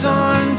on